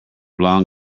blond